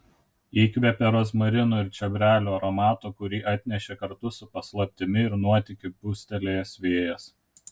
įkvėpė rozmarinų ir čiobrelių aromato kurį atnešė kartu su paslaptimi ir nuotykiu pūstelėjęs vėjas